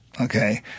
Okay